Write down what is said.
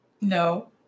No